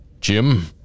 Jim